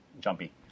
jumpy